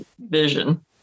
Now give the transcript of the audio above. vision